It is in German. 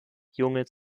junge